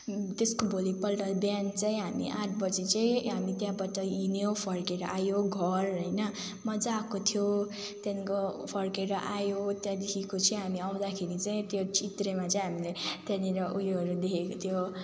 त्यसको भोलिपल्ट बिहान चाहिँ हामी आठ बजी चाहिँ हामी त्यहाँबाट हिँड्यौँ फर्केर आयौँ घर होइन मज्जा आएको थियो त्यहाँदेखिको फर्केर आयो त्यहाँदेखिको चाहिँ हामी आउँदाखेरि चाहिँ त्यो चित्रेमा चाहिँ हामीले त्यहाँनिर उयोहरू देखेको थियो